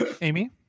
Amy